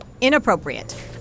inappropriate